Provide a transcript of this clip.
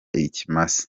ikimasa